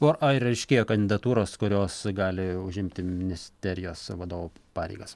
o ar aiškėja kandidatūros kurios gali užimti ministerijos vadovo pareigas